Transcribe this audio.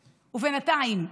ובינתיים,